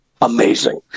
amazing